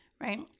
right